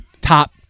top